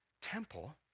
temple